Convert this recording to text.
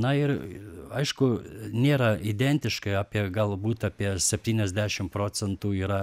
na ir aišku nėra identiškai apie galbūt apie septyniasdešim procentų yra